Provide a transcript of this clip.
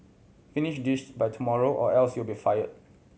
finish this by tomorrow or else you'll be fired